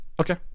Okay